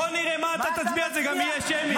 בוא נראה מה אתה תצביע, גם זה יהיה שמית.